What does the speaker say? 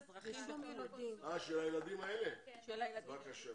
לאותה ישיבה גם נציג של משרד החוץ.